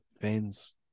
fans